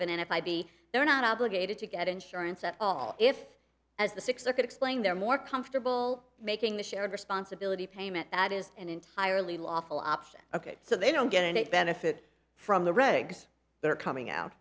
in and if i be they're not obligated to get insurance at all if as the six are could explain they're more comfortable making the shared responsibility payment that is an entirely lawful option ok so they don't get any benefit from the regs that are coming out